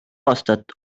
aastat